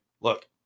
look